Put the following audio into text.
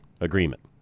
agreement